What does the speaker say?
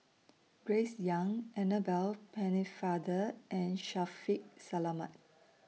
Grace Young Annabel Pennefather and Shaffiq Selamat